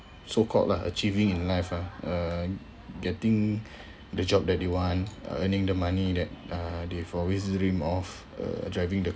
so called lah achieving in life ah uh getting the job that they want earning the money that uh they've always dream of uh driving the